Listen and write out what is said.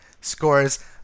scores